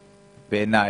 בעיני,